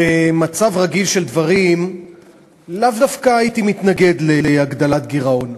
במצב רגיל של דברים לאו דווקא הייתי מתנגד להגדלת גירעון,